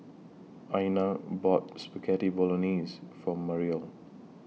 Iyana bought Spaghetti Bolognese For Mariel